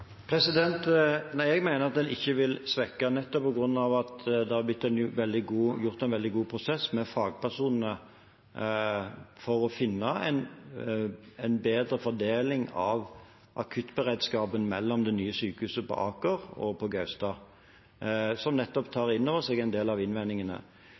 Nei, jeg mener at den ikke vil svekkes, nettopp på grunn av at det har blitt gjort en veldig god prosess med fagpersonene for å finne en bedre fordeling av akuttberedskapen mellom det nye sykehuset på Aker og på Gaustad, som nettopp tar inn over seg en del av innvendingene.